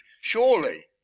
surely